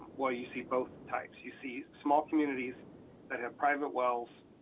well, you see both types. you see small communities that have private wells,